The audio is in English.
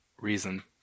reason